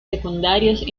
secundarios